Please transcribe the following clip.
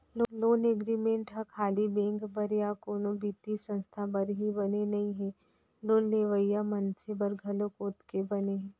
loan agreement ह खाली bank बर या कोनो बित्तीय संस्था बर ही बने नइ हे लोन लेवइया मनसे बर घलोक ओतके बने हे